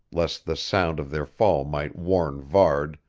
lest the sound of their fall might warn varde,